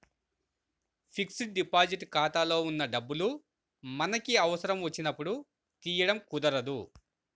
fixed deposit ఖాతాలో ఉన్న డబ్బులు మనకి అవసరం వచ్చినప్పుడు తీయడం కుదరదు